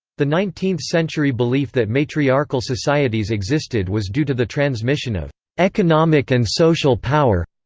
the nineteenth century belief that matriarchal societies existed was due to the transmission of economic and social power.